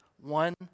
one